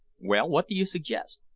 well, what do you suggest?